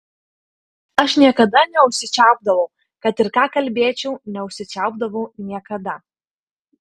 aš niekada neužsičiaupdavau kad ir ką kalbėčiau neužsičiaupdavau niekada